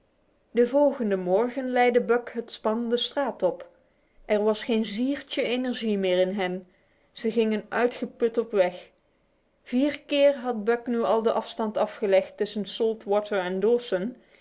de volgende morgen leidde buck het span de straat op er was geen ziertje energie meer in hen ze gingen uitgeput op weg vier keer had buck nu al de afstand afgelegd tussen salt water en